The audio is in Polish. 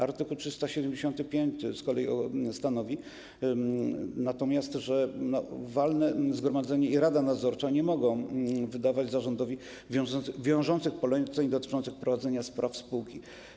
Art. 375 stanowi natomiast, że walne zgromadzenie i rada nadzorcza nie mogą wydawać zarządowi wiążących poleceń dotyczących prowadzenia spraw spółki.